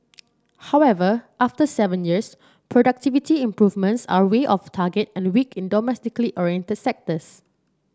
however after seven years productivity improvements are way off target and weak in domestically oriented sectors